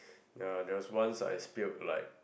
ya there was once I spilled like